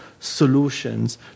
Solutions